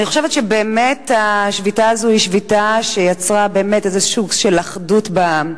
אני חושבת שבאמת השביתה הזאת היא שביתה שיצרה איזה סוג של אחדות בעם.